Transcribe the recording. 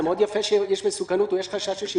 זה מאוד יפה שיש מסוכנות או שיש חשש לשיבוש,